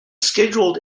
scheduled